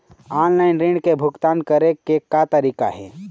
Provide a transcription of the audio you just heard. Offline ऋण के भुगतान करे के का तरीका हे?